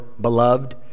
beloved